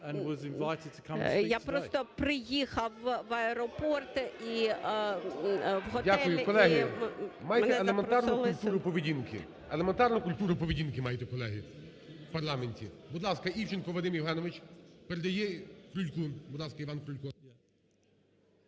Я просто приїхав в аеропорт і в готель і мене запросили сюди. ГОЛОВУЮЧИЙ. Культуру поведінки майте, колеги, в парламенті. Будь ласка, Івченко Вадим Євгенович передає Крульку. Будь ласка, Іван Крулько.